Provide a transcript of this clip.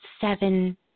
seven